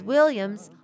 Williams